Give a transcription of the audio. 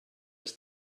his